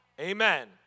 Amen